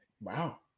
Wow